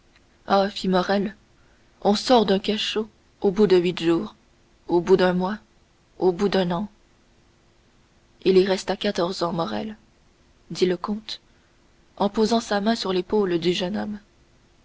ah fit morrel on sort d'un cachot au bout de huit jours au bout d'un mois au bout d'un an il y resta quatorze ans morrel dit le comte en posant sa main sur l'épaule du jeune homme